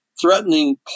threatening